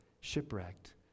shipwrecked